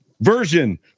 version